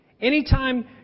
anytime